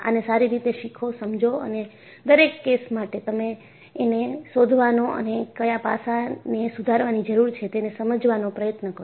આને સારી રીતે શીખો સમજો અને દરેક કેસ માટે એને શોધવાનો અને કયા પાસાને સુધારવાની જરૂર છે તેને સમજવાનો પ્રયત્ન કરો